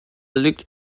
liegt